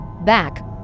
back